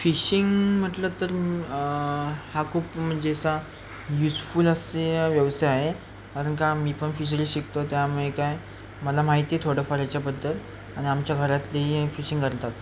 fishing म्हटलं तर हा खूप म्हणजे असा यूजफुल असलेला व्यवसाय आहे कारण का मी पण फिशरीज शिकतो त्यामुळे काय मला माहिती आहे थोडंफार याच्याबद्दल आणि आमच्या घरातलीही फिशिंग करतात